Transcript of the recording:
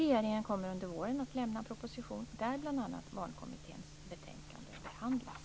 Regeringen kommer under våren att lämna en proposition där bl.a. Barnkommitténs betänkande behandlas.